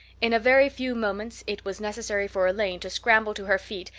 in a very few moments it was necessary for elaine to scramble to her feet,